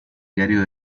diario